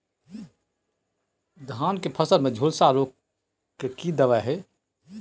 धान की फसल में झुलसा रोग की दबाय की हय?